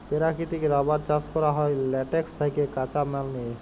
পেরাকিতিক রাবার চাষ ক্যরা হ্যয় ল্যাটেক্স থ্যাকে কাঁচা মাল লিয়ে